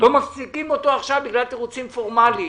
לא מפסיקים אותו עכשיו בגלל תירוצים פורמליים.